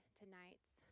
tonight's